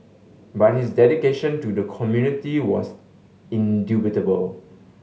but his dedication to the community was indubitable